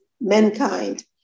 mankind